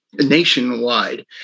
nationwide